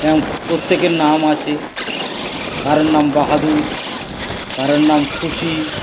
এবং প্রত্যেকের নাম আছে কারোর নাম বাহাদুর কারোর নাম খুশি